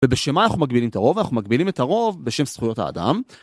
ובשם מה אנחנו מגבילים את הרוב אנחנו מגבילים את הרוב בשם זכויות האדם.